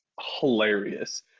hilarious